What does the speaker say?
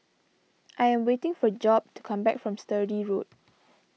I am waiting for Job to come back from Sturdee Road